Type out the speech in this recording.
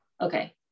Okay